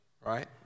right